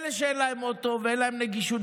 לאלה שאין להם אוטו ואין להם נגישות,